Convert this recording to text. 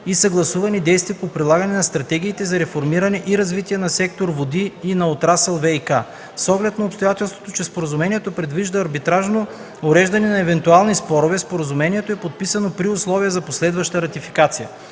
и съгласувани действия по прилагане на стратегиите за реформиране и развитие на сектор „Води” и на отрасъл ВиК. С оглед на обстоятелството, че споразумението предвижда арбитражно уреждане на евентуални спорове, споразумението е подписано при условие за последваща ратификация.